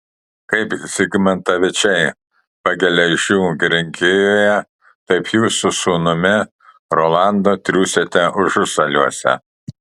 kaip zigmantavičiai pageležių girininkijoje taip jūs su sūnumi rolandu triūsiate užusaliuose